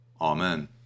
Amen